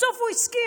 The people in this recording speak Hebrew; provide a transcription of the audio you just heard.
בסוף הוא הסכים,